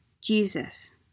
Jesus